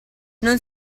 non